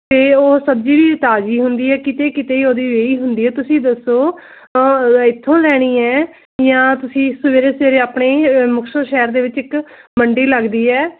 ਅਤੇ ਉਹ ਸਬਜ਼ੀ ਵੀ ਤਾਜ਼ੀ ਹੁੰਦੀ ਹੈ ਕਿਤੇ ਕਿਤੇ ਹੀ ਉਹਦੀ ਵੇਹੀ ਹੁੰਦੀ ਹੈ ਤੁਸੀਂ ਦੱਸੋ ਇੱਥੋਂ ਲੈਣੀ ਹੈ ਜਾਂ ਤੁਸੀਂ ਸਵੇਰੇ ਸਵੇਰੇ ਆਪਣੇ ਮੁਕਤਸਰ ਸ਼ਹਿਰ ਦੇ ਵਿੱਚ ਇੱਕ ਮੰਡੀ ਲੱਗਦੀ ਹੈ